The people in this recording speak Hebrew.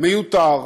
מיותר,